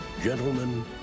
Gentlemen